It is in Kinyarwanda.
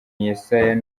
yessayah